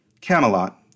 Camelot